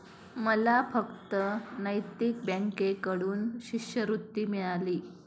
मला फक्त नैतिक बँकेकडून शिष्यवृत्ती मिळाली